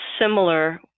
similar